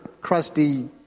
crusty